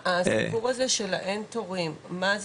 הסיפור הזה של האין תורים, מה זה?